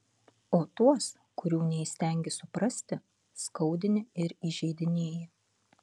o tuos kurių neįstengi suprasti skaudini ir įžeidinėji